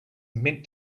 meant